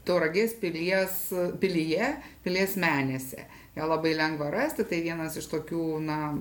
tauragės pilies pilyje pilies menėse ją labai lengva rasti tai vienas iš tokių na